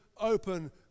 open